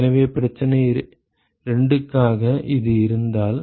எனவே பிரச்சனை 2 க்காக இது இருந்தால்